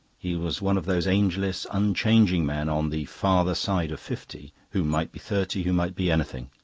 he was one of those ageless, unchanging men on the farther side of fifty, who might be thirty, who might be anything.